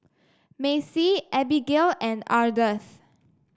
Macey Abigayle and Ardath